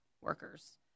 workers